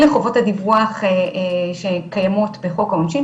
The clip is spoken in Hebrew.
אלה חובות הדיווח שקיימות בחוק העונשין,